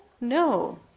No